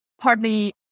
partly